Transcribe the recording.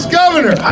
governor